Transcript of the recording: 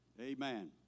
Amen